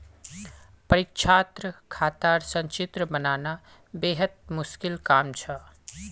परीक्षात खातार संचित्र बनाना बेहद मुश्किल काम छ